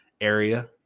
area